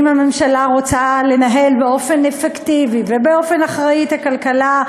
אם הממשלה רוצה לנהל באופן אפקטיבי ובאופן אחראי את הכלכלה,